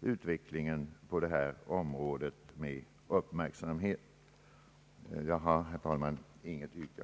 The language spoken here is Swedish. utvecklingen på detta område med uppmärksamhet. Jag har, herr talman, intet yrkande.